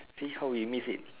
see how we miss it